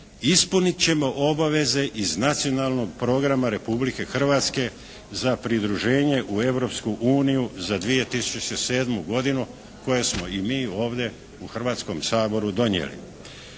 ispunit ćemo obaveze iz Nacionalnog programa Republike Hrvatske za pridruženje u Europsku uniju za 2007. godinu koje smo i mi ovdje u Hrvatskom saboru donijeli.